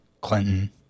Clinton